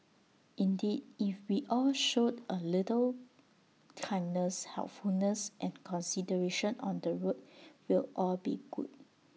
indeed if we all showed A little kindness helpfulness and consideration on the road we'll all be good